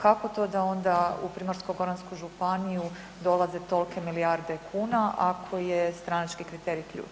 Kako to da onda u Primorsko-goransku županiju dolaze tolike milijarde kuna ako je stranački kriterij ključ?